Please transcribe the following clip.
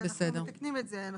מתקנים את זה.